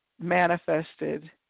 manifested